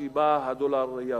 שבה הדולר ירד,